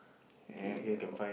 okay